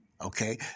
okay